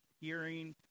hearing